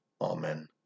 Amen